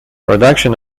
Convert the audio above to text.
production